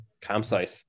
campsite